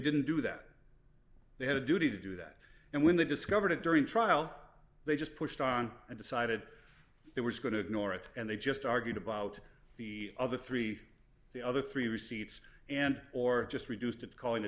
didn't do that they had a duty to do that and when they discovered it during trial they just pushed on and decided they were going to ignore it and they just argued about the other three the other three receipts and or just reduced to calling